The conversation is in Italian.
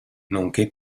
nonché